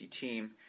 team